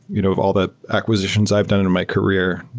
you know of all the acquisitions i've done in my career,